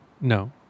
No